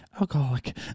Alcoholic